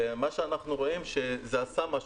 ואנחנו רואים שזה עשה משהו.